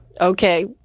okay